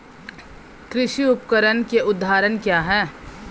कृषि उपकरण के उदाहरण क्या हैं?